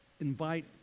invite